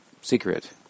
secret